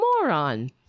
moron